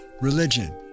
religion